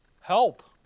Help